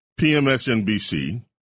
PMSNBC